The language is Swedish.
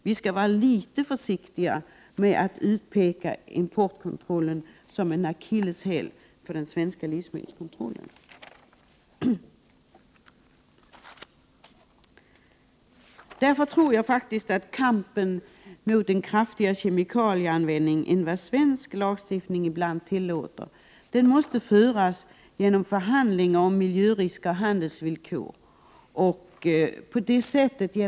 Vi skall alltså vara litet försiktiga med att utpeka importerade livsmedel som en akilleshäl för den svenska livsmedelskontrollen. Därför tror jag faktiskt att kampen mot en mer omfattande kemikalieanvändning än vad svensk lagstiftning ibland tillåter måste föras genom förhandlingar om miljörisker och handelsvillkor.